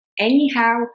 Anyhow